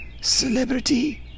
celebrity